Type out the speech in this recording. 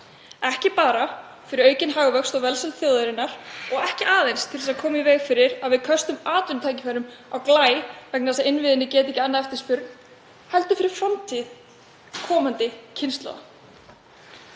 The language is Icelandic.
ekki bara fyrir aukinn hagvöxt og velsæld þjóðarinnar og ekki aðeins til þess að koma í veg fyrir að við köstum atvinnutækifærum á glæ vegna þess að innviðirnir geta ekki annað eftirspurn, heldur fyrir framtíð komandi kynslóða.